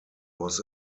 was